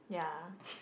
yeah